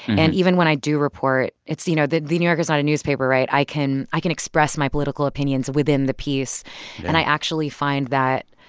and even when i do report it's you know, the the new yorker is not a newspaper, right? i can i can express my political opinions within the piece yeah and i actually find that